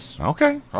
Okay